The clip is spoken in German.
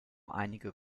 einige